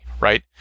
right